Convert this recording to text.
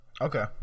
Okay